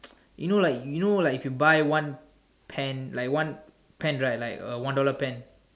you know like you know like if you buy one pen like one pen right like a one dollar pen